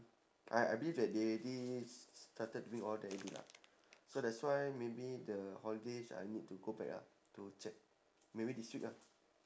I I believe that they did s~ started doing all that already lah so that's why maybe the holidays I need to go back lah to check maybe this week lah